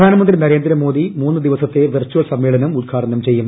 പ്രധാനമന്ത്രി നരേന്ദ്രമോദി മൂന്നു ദിവസത്തെ വെർച്ചൽ സമ്മേളനം ഉദ്ഘാടനം ചെയ്യും